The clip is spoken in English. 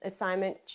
assignment